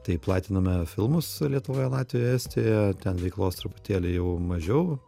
tai platiname filmus lietuvoje latvijoje estijoje ten veiklos truputėlį jau mažiau